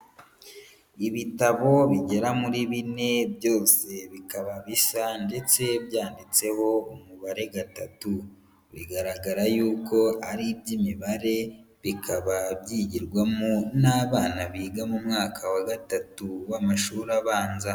Ibitabo bigera muri bine byose bikaba bisa ndetse byanditseho umubare gatatu, bigaragara yuko ari iby'Imibare bikaba byigirwamo n'abana biga mu mwaka wa gatatu w'amashuri abanza.